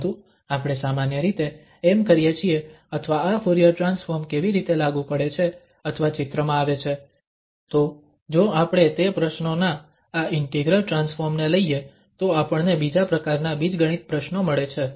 પરંતુ આપણે સામાન્ય રીતે એમ કરીએ છીએ અથવા આ ફુરીયર ટ્રાન્સફોર્મ કેવી રીતે લાગુ પડે છે અથવા ચિત્રમાં આવે છે તો જો આપણે તે પ્રશ્નો ના આ ઇન્ટિગ્રલ ટ્રાન્સફોર્મ ને લઈએ તો આપણને બીજા પ્રકાર ના બીજગણિત પ્રશ્નો મળે છે